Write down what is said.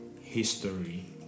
history